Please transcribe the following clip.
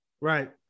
Right